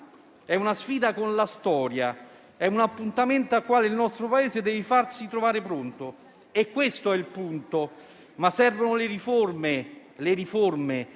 è una sfida con la storia; è un appuntamento al quale il nostro Paese deve farsi trovare pronto e questo è il punto. Servono, però, le riforme,